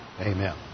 Amen